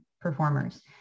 performers